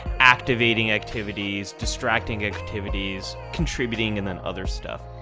activating activities, distracting activities, contributing and then other stuff.